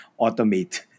automate